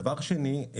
דבר שני.